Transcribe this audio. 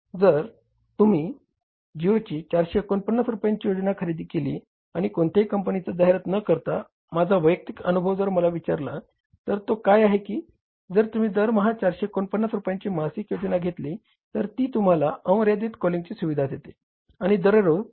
जर तुम्ही जिओची 449 रुपयांची योजना खरेदी केली आणि कोणत्याही कंपनीची जाहिरात न करता माझा वैयक्तिक अनुभव जर मला विचारला तर तो काय आहे की जर तुम्ही दरमहा 449 रुपयांची मासिक योजना घेतली तर ती तुम्हाला अमर्यादित कॉलिंगची सुविधा देते आणि दररोज 1